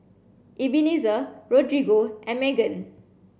Ebenezer Rodrigo and Meggan